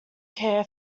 care